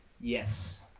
Yes